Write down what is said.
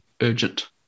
urgent